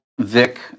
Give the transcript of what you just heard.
Vic